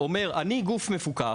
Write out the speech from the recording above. אומר: "אני גוף מפוקח,